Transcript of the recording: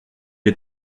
les